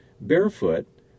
barefoot